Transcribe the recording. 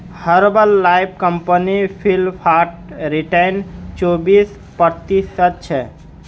herbal life company Flipkart return चोबीस प्रतिशतछे